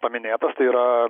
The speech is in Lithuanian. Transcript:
paminėtas tai yra